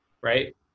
Right